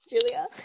julia